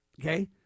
Okay